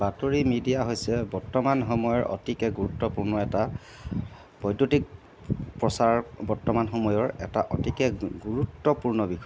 বাতৰি মিডিয়া হৈছে বৰ্তমান সময়ৰ অতিকৈ গুৰুত্বপূৰ্ণ এটা বৈদ্যুতিক প্ৰচাৰ বৰ্তমান সময়ৰ এটা অতিকে গুৰুত্বপূৰ্ণ বিষয়